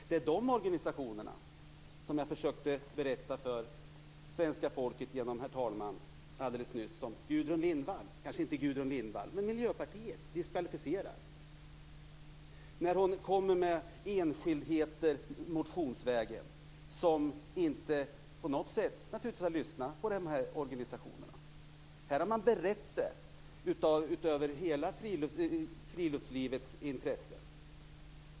Det är de organisationerna, vilket jag försökte berätta för svenska folket genom herr talmannen alldeles nyss, som Gudrun Lindvall - kanske inte Gudrun Lindvall, men Miljöpartiet - diskvalificerar när hon kommer med enskildheter motionsvägen och inte på något sätt har lyssnat på de här organisationerna. Här har man berett det utifrån hela friluftslivets intressen.